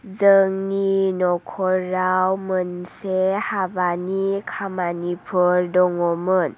जोंनि नखराव मोनसे हाबानि खामानिफोर दङमोन